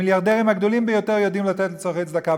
המיליארדרים הגדולים ביותר יודעים לתת לצורכי צדקה,